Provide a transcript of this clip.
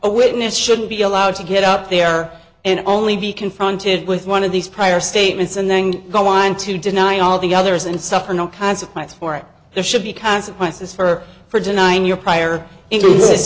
a witness shouldn't be allowed to get up there and only be confronted with one of these prior statements and then go on to deny all the others and suffer no consequence for it there should be consequences for for denying your prior